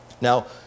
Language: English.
Now